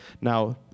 Now